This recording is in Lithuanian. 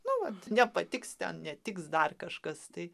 nu vat nepatiks ten netiks dar kažkas tai